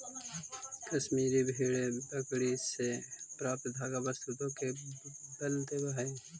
कश्मीरी भेड़ बकरी से प्राप्त धागा वस्त्र उद्योग के बल देवऽ हइ